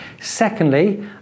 Secondly